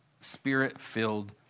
spirit-filled